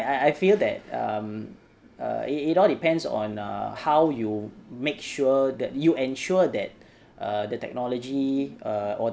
I I feel that um err it it all depends on err how you make sure that you ensure that err the technology err or